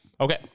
Okay